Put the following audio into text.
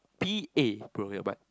P A bro your butt